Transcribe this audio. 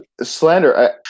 slander